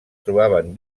trobaven